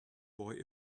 boy